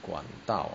管道